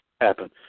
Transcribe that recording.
happen